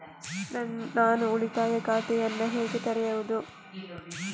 ನಾನು ಉಳಿತಾಯ ಖಾತೆಯನ್ನು ಹೇಗೆ ತೆರೆಯುದು?